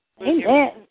Amen